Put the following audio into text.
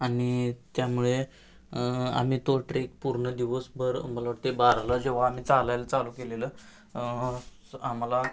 आणि त्यामुळे आम्ही तो ट्रेक पूर्ण दिवसभर मला वाटते बाराला जेव्हा आम्ही चालायला चालू केलेलं आम्हाला